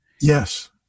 Yes